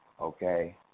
okay